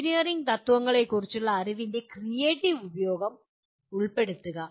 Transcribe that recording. engineering തത്ത്വങ്ങളെക്കുറിച്ചുള്ള അറിവിന്റെ creative ഉപയോഗം ഉൾപ്പെടുത്തുക